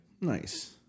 Nice